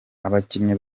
abakinnyi